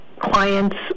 clients